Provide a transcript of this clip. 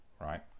right